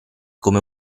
come